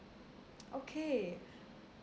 okay